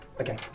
Okay